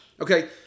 Okay